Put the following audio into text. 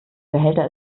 behälter